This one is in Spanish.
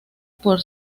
por